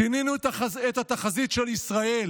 שינינו את התחזית של ישראל,